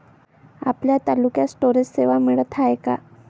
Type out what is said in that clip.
आपल्या तालुक्यात स्टोरेज सेवा मिळत हाये का?